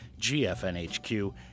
GFNHQ